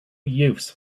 youths